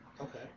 Okay